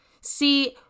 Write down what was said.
See